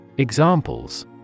Examples